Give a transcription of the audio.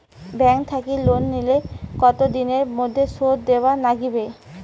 Bank থাকি loan নিলে কতো দিনের মধ্যে শোধ দিবার নাগিবে?